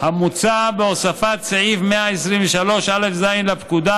המוצע בהוספת סעיף 123א(ז) לפקודה,